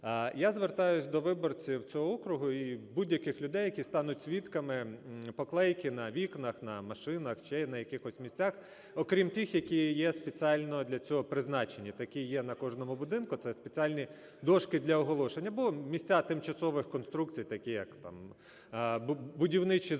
я звертаюсь до виборців цього округу і будь-яких людей, які стануть свідками поклейки на вікнах, на машинах чи на якихось місцях, окрім тих, які є спеціально для цього призначені. Такі є на кожному будинку, це спеціальні дошки для оголошень або місця тимчасових конструкцій, такі, як там будівничі забори,